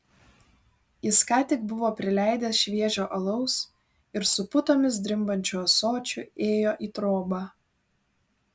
jis ką tik buvo prileidęs šviežio alaus ir su putomis drimbančiu ąsočiu ėjo į trobą